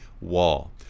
wall